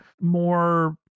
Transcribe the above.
more